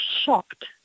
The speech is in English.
shocked